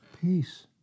Peace